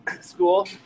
school